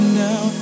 now